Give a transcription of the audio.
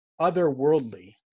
otherworldly